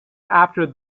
after